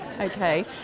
okay